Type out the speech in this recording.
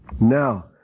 Now